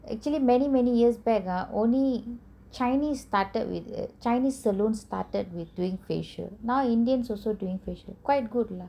actually many many years back ah only chinese started with ugh chinese saloon started with doing facial now indians also doing facial quite good lah